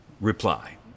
reply